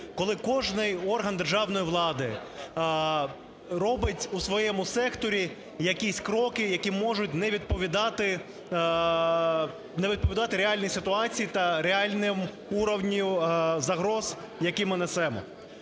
коли кожний державний орган влади робить у своєму секторі якісь кроки, які можуть не відповідати реальній ситуації та реальному уровню загроз, який ми несемо.